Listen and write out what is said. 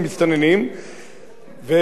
ומתברר שכנראה,